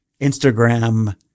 Instagram